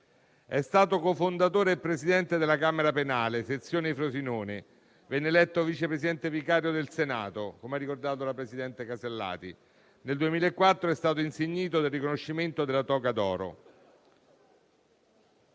è stato cofondatore e presidente della camera penale, sezione di Frosinone. Venne eletto Vice Presidente vicario del Senato, come ha ricordato il presidente Alberti Casellati; nel 2004 è stato insignito del riconoscimento della toga d'oro.